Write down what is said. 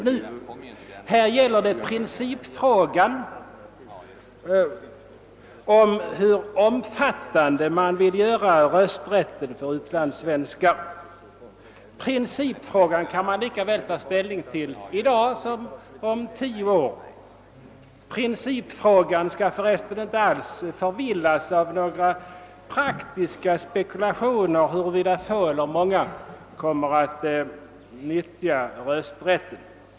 Nu gäller det principfrågan hur omfattande utlandssvenskarnas rösträtt skall vara. Principfrågan kan man ta ställning till i dag lika väl som om tio år. Principfrågan skall för resten inte alls skymmas av praktiska spekulationer huruvida få eller många kommer att utnyttja rösträtten.